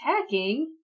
attacking